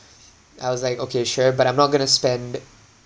I was like okay sure but I'm not going to spend